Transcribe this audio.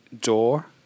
door